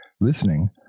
listening